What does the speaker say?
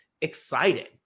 excited